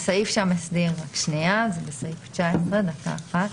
רק שנייה, זה בסעיף 19. דקה אחת.